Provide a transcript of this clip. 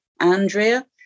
Andrea